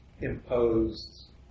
imposed